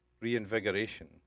reinvigoration